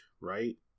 right